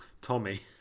Tommy